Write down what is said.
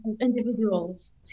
individuals